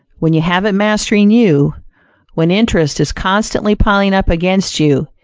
when you have it mastering you when interest is constantly piling up against you,